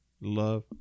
love